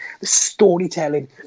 storytelling